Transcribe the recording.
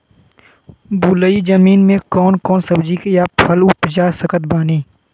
बलुई जमीन मे कौन कौन सब्जी या फल उपजा सकत बानी?